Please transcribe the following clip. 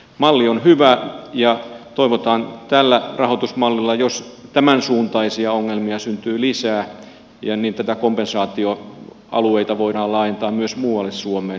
malli on hyvä ja toivotaan että tällä rahoitusmallilla jos tämänsuuntaisia ongelmia syntyy lisää kompensaatioalueita voidaan laajentaa myös muualle suomeen